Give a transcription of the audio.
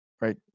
right